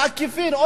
בעקיפין,